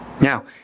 Now